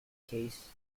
case